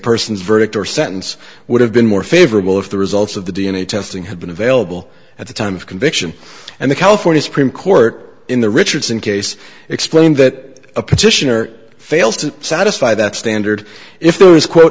persons verdict or sentence would have been more favorable if the results of the d n a testing had been available at the time of conviction and the california supreme court in the richardson case explained that a petitioner fails to satisfy that standard if there is quote